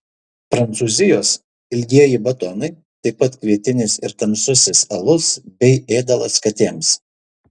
prancūzijos ilgieji batonai taip pat kvietinis ir tamsusis alus bei ėdalas katėms